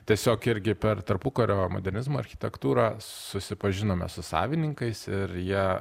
tiesiog irgi per tarpukario modernizmo architektūrą susipažinome su savininkais ir jie